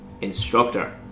instructor